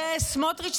זה סמוטריץ',